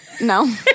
no